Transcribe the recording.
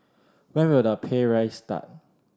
when will the pay raise start